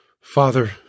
Father